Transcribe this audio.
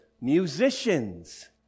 musicians